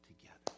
together